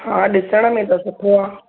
हा ॾिसण में त सुठो आहे